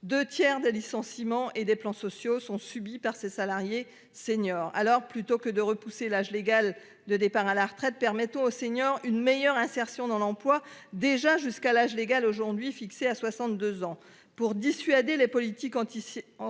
102 tiers des licenciements et des plans sociaux sont subies par ses salariés seniors. Alors plutôt que de repousser l'âge légal de départ à la retraite, permettant aux seniors, une meilleure insertion dans l'emploi déjà jusqu'à l'âge légal aujourd'hui fixé à 62 ans pour dissuader les politiques anticipent